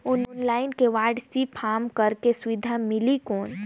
Online KYC form करेके सुविधा मिली कौन?